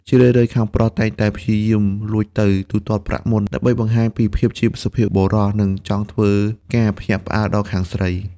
ជារឿយៗ ខាងប្រុសតែងតែព្យាយាមលួចទៅទូទាត់ប្រាក់មុន ដើម្បីបង្ហាញពីភាពជាសុភាពបុរស និងចង់ធ្វើការភ្ញាក់ផ្អើលដល់ខាងស្រី។